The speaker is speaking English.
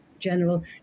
general